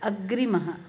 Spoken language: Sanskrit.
अग्रिमः